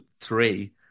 three